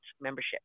membership